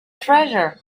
treasure